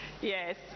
Yes